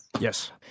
Yes